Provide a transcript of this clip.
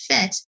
fit